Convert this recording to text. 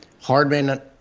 Hardman